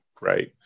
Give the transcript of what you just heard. right